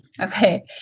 Okay